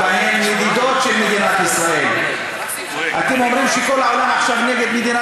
ומדינת ישראל לא תוכל לעמוד לעד לבד,